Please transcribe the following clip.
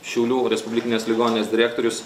šiaulių respublikinės ligoninės direktorius